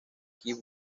kew